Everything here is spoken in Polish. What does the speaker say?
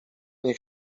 nie